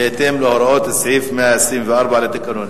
בהתאם להוראות סעיף 124 לתקנון.